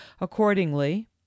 Accordingly